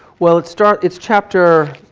well it starts, it's chapter